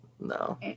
No